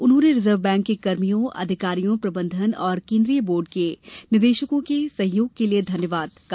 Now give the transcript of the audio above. उन्होंने Reserve Bank के कर्मियों अधिकारियों प्रबंधन और केंद्रीय बोर्ड के निदेशकों को सहयोग के लिए धन्यवाद दिया